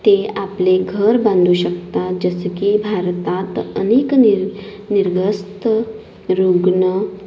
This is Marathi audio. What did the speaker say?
ते आपले घर बांधू शकतात जसे की भारतात अनेक निर निर्वस्त रुग्ण